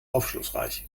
aufschlussreich